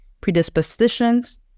predispositions